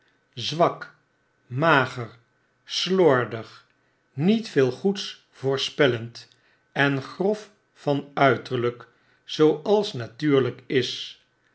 zwak mager slordig niet veel goeds voorspellend en grof van uiterigk zooals natuurlyk is